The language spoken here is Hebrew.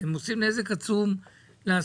אתם עושים נזק עצום לעסקים.